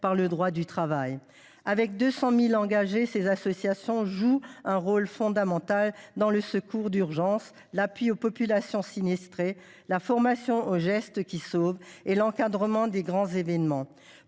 Avec leurs 200 000 engagés, ces associations jouent un rôle fondamental dans le secours d’urgence, l’appui aux populations sinistrées, la formation aux gestes qui sauvent et l’encadrement des grands événements.